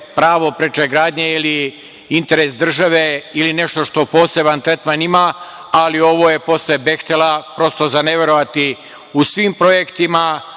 pravo preče gradnje ili interes države ili nešto što ima poseban tretman, ali ovo je posle „Behtela“, prosto za ne verovati. U svim projektima,